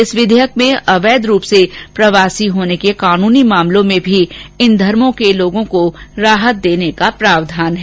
इस विधेयक में अवैध रूप से प्रवासी होने के कानूनी मामलों में भी इन धर्मो के लोगों को राहत का प्रावधान है